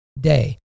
day